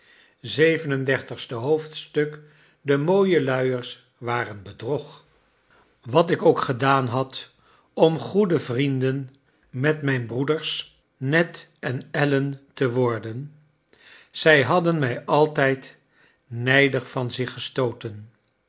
xxxvii de mooie luiers waren bedrog wat ik ook gedaan had om goede vrienden met mijn broeders ned en allen te worden zij hadden mij altijd nijdig van zich gestooten